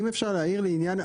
אם אפשר להעיר לעניין,